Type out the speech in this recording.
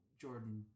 Jordan